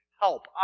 help